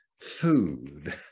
food